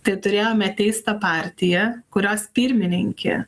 tai turėjome teistą partiją kurios pirmininkė